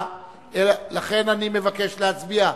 נא להצביע.